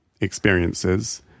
experiences